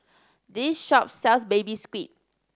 this shop sells Baby Squid